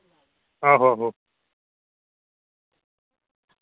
आहो आहो